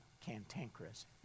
cantankerous